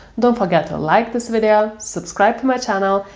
don't forget to like this video, subscribe to my channel,